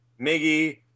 Miggy